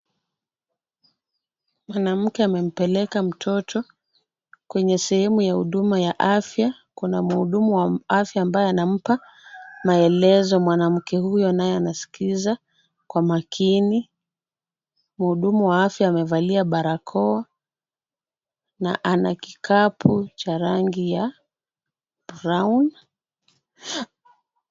Mwanamke amempeleka mtoto kwenye sehemu ya huduma ya afya. Kuna mhudumu wa afya ambaye anampa maelezo mwanamke huyo naye anasikiliza kwa makini. Mhudumu wa afya amevalia barakoa na ana kikapu cha rangi ya brown .